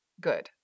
good